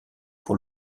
pour